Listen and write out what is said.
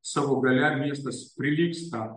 savo galia miestas prilygsta